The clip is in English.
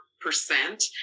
percent